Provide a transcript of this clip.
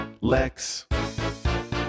Lex